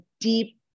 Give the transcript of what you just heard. deep